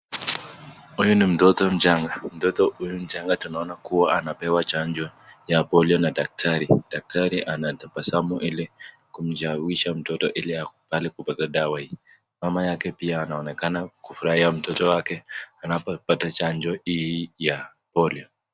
Huyu ni mtoto mchanga. Mtoto huyu mchanga tunaona kuwa anapewa chanjo ya polio na daktari. Daktari anatabasamu ili kumshawishi mtoto ili akubali kupata dawa hii. Mama yake pia anaonekana kufurahia mtoto wake anapopata chanjo hii ya polio.